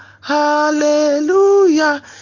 Hallelujah